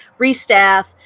restaff